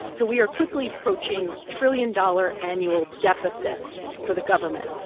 so we are quickly approaching trillion-dollar annual deficits for the government.